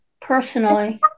personally